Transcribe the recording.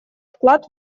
вклад